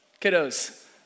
kiddos